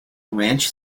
ranch